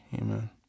Amen